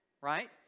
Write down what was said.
right